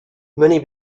many